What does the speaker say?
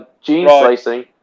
gene-slicing